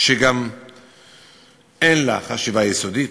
שגם אין לה חשיבה יסודית,